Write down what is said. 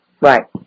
Right